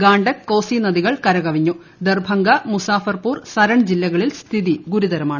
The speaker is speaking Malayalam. ഗാണ്ടക്ക് കോസി നദികൾ കരകവിഞ്ഞു ദർഭംഗ മൂസാഫർപൂർ സരൺ ജില്ലകളിൽ സ്ഥിതി ഗുരുതരമാണ്